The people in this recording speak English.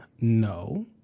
No